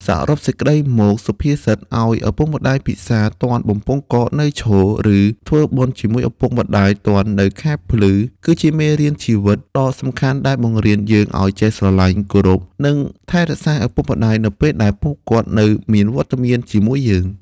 សរុបសេចក្ដីមក សុភាសិត ឲ្យឪពុកម្តាយពិសារ ទាន់បំពង់ករនៅឈរ ឬ ធ្វើបុណ្យជាមួយឪពុកម្តាយទាន់នៅខែភ្លឺ គឺជាមេរៀនជីវិតដ៏សំខាន់ដែលបង្រៀនយើងឲ្យចេះស្រឡាញ់ គោរព និងថែរក្សាឪពុកម្តាយនៅពេលដែលពួកគាត់នៅមានវត្តមានជាមួយយើង។